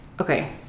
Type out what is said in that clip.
okay